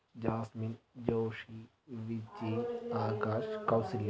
Jasmine Joshi Biji Akash Kausalya